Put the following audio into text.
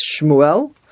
Shmuel